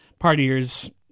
partiers